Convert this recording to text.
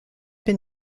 been